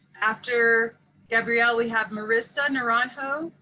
after gabrielle, we have marissa naranjo,